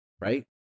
right